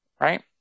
right